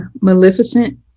maleficent